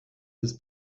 was